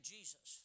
Jesus